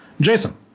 Jason